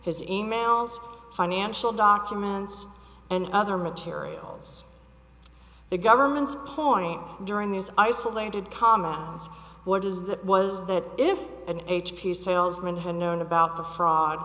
his e mails financial documents and other materials the government's point during these isolated comma what is it was that if an h p salesman had known about the fraud